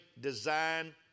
design